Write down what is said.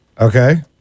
Okay